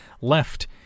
left